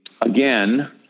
again